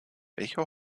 welche